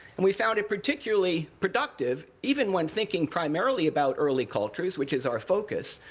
and we found it particularly productive, even when thinking primarily about early cultures, which is our focus,